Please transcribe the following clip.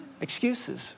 excuses